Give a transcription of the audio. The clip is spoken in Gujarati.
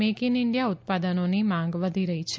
મેક ઇન ઇન્ડિયા ઉત્પાદનોની માંગ વધી રહી છે